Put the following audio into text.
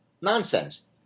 Nonsense